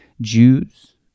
Jews